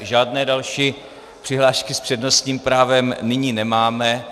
Žádné další přihlášky s přednostním právem nyní nemáme.